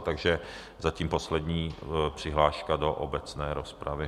Takže zatím poslední přihláška do obecné rozpravy.